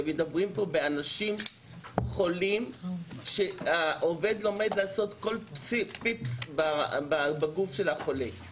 מדובר פה באנשים חולים שהעובד לומד לעשות כל פיפס בגוף של החולה.